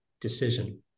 decision